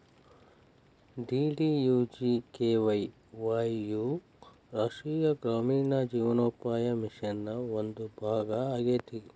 DDUGKY Y U ರಾಷ್ಟ್ರೇಯ ಗ್ರಾಮೇಣ ಜೇವನೋಪಾಯ ಮಿಷನ್ ನ ಒಂದು ಭಾಗ ಆಗೇತಿ